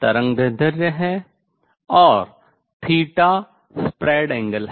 तरंगदैर्ध्य है और θ प्रसार कोण है